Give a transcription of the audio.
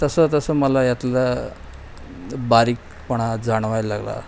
तसं तसं मला यातलं बारीकपणा जाणवायला लागला